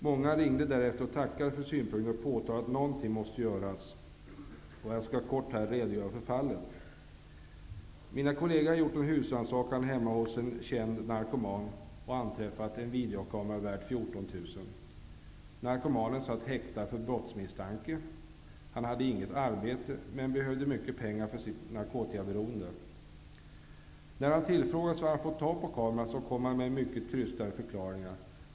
Många ringde därefter och tackade för synpunkter och påtalade att någonting måste göras. Jag skall kort här redogöra för fallet. Mina kolleger hade gjort en husrannsakan hemma hos en känd narkoman och anträffat en videokamera värd 14 000 kr. Narkomanen satt häktad för brottsmisstanke. Han hade inget arbete men behövde mycket pengar för sitt narkotikaberoende. När han tillfrågades om var han fått tag på kameran kom han med mycket krystade förklaringar.